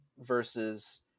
versus